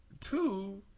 two